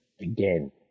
again